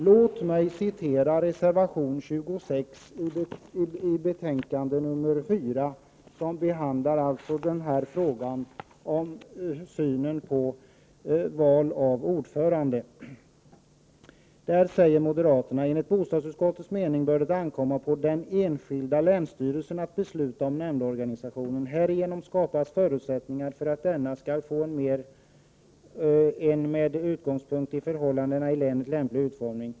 Låt mig citera reservation 26 i bostadsutskottets betänkande 4, som behandlar frågan om synen på val av ordförande. Där skriver moderaterna: ”Enligt bostadsutskottets mening bör det ankomma på den enskilda länsstyrelsen att besluta om nämndorganisationen. Härigenom skapas förutsättningar för att denna skall få en med utgångspunkt i förhållandena i länet lämplig utformning.